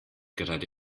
gerade